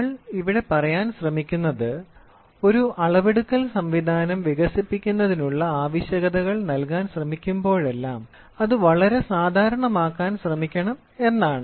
നമ്മൾ ഇവിടെ പറയാൻ ശ്രമിക്കുന്നത് ഒരു അളവെടുക്കൽ സംവിധാനം വികസിപ്പിക്കുന്നതിനുള്ള ആവശ്യകതകൾ നൽകാൻ ശ്രമിക്കുമ്പോഴെല്ലാം അത് വളരെ സാധാരണമാക്കാൻ ശ്രമിക്കണം എന്നാണ്